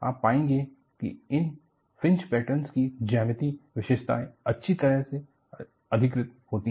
आप पाएंगे कि इन फ्रिंज पैटर्न की ज्यामितीय विशेषताएँ अच्छी तरह से अधिकृत होती हैं